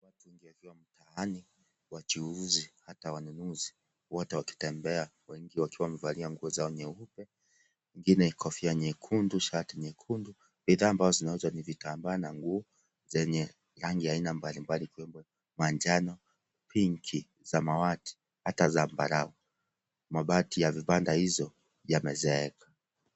Watu wengi wakiwa mtaani wachuuzi hata wanunuzi wote wakitembea wengi wakiwa wamevalia nguo zao nyeupe wengine kofia nyekundu shati nyekundu bidhaa ambazo zinauzwa ni vitambaa na nguo zenye rangi aina mbalimbali ikiwemo manjano , pinki , samawati hata zambarau , mabati ya vibanda hizo yamezeeka.